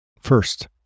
First